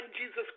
Jesus